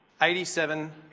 87